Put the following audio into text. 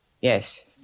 Yes